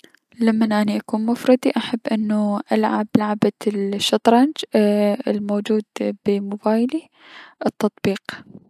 لمن اني اكون بمفردي احب انو العب لعبة الشطرنج الموجود بموبايلي التطبيق.